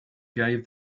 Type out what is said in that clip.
gave